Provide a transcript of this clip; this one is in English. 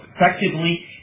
effectively